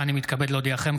אני מתכבד להודיעכם,